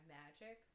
magic